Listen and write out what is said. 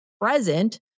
present